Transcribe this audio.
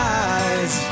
eyes